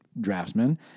Draftsman